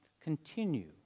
continue